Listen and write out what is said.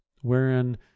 wherein